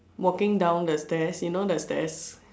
walking down the stairs you know the stairs